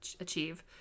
achieve